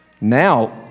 now